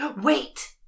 Wait